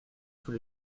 sous